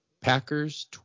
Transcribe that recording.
Packers